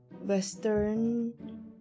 Western